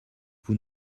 vous